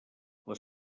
les